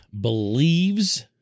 believes